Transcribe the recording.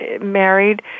married